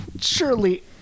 surely